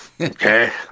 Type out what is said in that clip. Okay